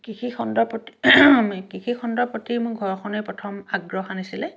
কৃষি খণ্ডৰ প্ৰতি কৃষি খণ্ডৰ প্ৰতি মোৰ ঘৰখনেই প্ৰথম আগ্ৰহ আনিছিলে